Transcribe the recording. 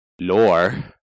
lore